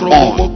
on